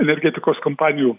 energetikos kompanijų